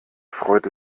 freut